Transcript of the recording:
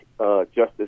Justice